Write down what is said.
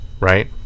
right